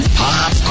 pop